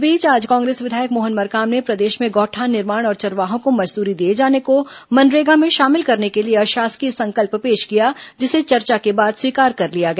इस बीच आज कांग्रेस विधायक मोहन मरकाम ने प्रदेश में गौठान निर्माण और चरवाहों को मजदूरी दिए जाने को मनरेगा में शामिल करने के लिए अशासकीय संकल्प पेश किया जिसे चर्चा के बाद स्वीकार कर लिया गया